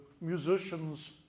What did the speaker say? musicians